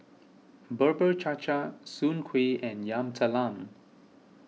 Bubur Cha Cha Soon Kuih and Yam Talam